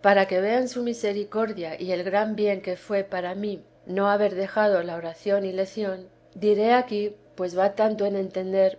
para que vean su misericordia y el gran bien que fué para mí no habe dejado la oración y lección diré aquí pues va tanto en entender